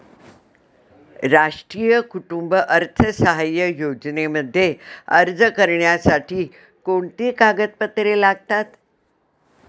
राष्ट्रीय कुटुंब अर्थसहाय्य योजनेमध्ये अर्ज करण्यासाठी कोणती कागदपत्रे लागतात?